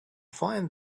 find